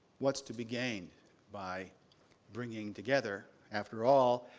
what's to be gained by bringing together? after all,